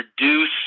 reduce